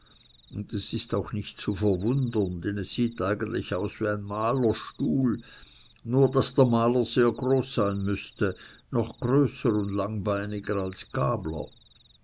und es ist auch nicht zu verwundern denn es sieht eigentlich aus wie ein malerstuhl nur daß der maler sehr groß sein müßte noch größer und langbeiniger als gabler